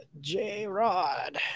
J-Rod